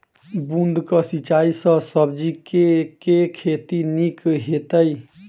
बूंद कऽ सिंचाई सँ सब्जी केँ के खेती नीक हेतइ?